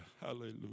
Hallelujah